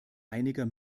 einiger